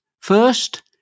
First